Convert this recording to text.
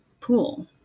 pool